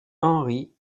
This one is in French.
henri